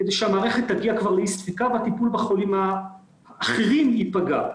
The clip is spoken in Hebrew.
כדי שהמערכת תגיע כבר לאי ספיקה והטיפול בחולים האחרים ייפגע.